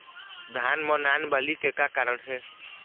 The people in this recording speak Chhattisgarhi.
धान म नान बाली के का कारण हे?